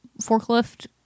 forklift